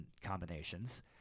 combinations